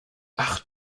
ach